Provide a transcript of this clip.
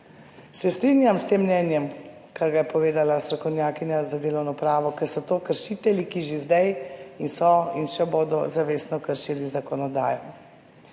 Se strinjam s tem mnenjem, kar ga je povedala strokovnjakinja za delovno pravo, ker so to kršitelji, ki že zdaj in so in še bodo zavestno kršili zakonodajo,